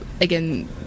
again